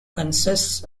consists